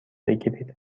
بگیرید